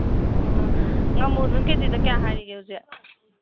ꯑꯣ ꯉꯥꯃꯨꯗꯨꯅ ꯀꯦ ꯖꯤꯗ ꯀꯌꯥ ꯍꯥꯏꯔꯤꯒꯦ ꯍꯧꯖꯤꯛ